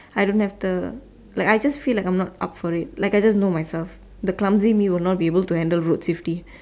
I don't have the like I just feel like I'm not up for it I just know myself the clumsy me will not be able to handle road safety